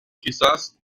quizás